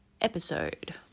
episode